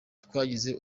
twagize